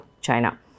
China